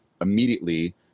immediately